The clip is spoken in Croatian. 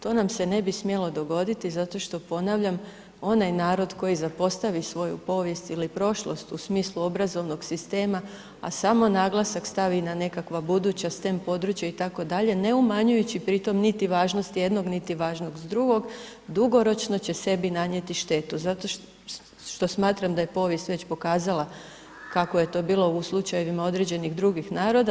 To nam se ne bi smjelo dogoditi zato što, ponavljam, onaj narod koji zapostavi svoju povijest ili prošlost u smislu obrazovnog sistema a samo naglasak stavi na nekakva buduća stem područja itd. ne umanjujući pri tome niti važnost jednog niti važnost drugog, dugoročno će sebi nanijeti štetu zato što smatram da je povijest već pokazala kako je to bilo u slučajevima određenih drugih naroda.